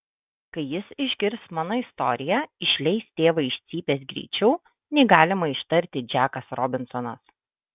kai jis išgirs mano istoriją išleis tėvą iš cypės greičiau nei galima ištarti džekas robinsonas